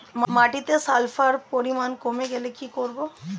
মাটিতে সালফার পরিমাণ কমে গেলে কি করব?